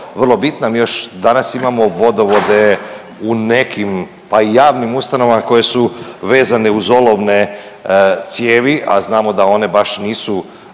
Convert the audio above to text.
vrlo bitna. Mi još danas imamo vodovode u nekim, pa i javnim ustanovama koje su vezane uz olovne cijevi, a znamo da one baš nisu